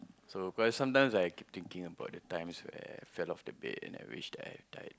so quite sometimes I keep thinking about the times where I fell off the bed and I wish that I have died